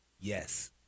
Yes